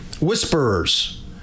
Whisperers